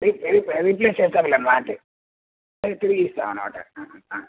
రీ re replace చేస్తాంలేమ్మ అంటి తిరిగి ఇస్తాం అన్నమాట